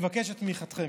ומבקש את תמיכתכם.